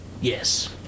Yes